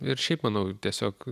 ir šiaip manau tiesiog